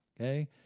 okay